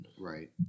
Right